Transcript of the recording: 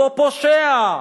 אותו פושע,